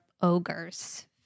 ogres